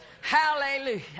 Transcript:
hallelujah